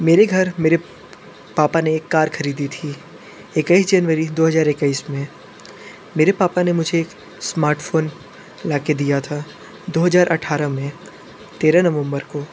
मेरे घर पापा ने एक कार खरीदी थी इक्कीस जनवरी दो हजार इक्कीस में मेरे पापा ने मुझे एक स्मार्टफोन लाके दिया था दो हजार अठारह में तेरह नवंबर को